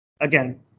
Again